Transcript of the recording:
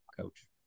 coach